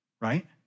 Right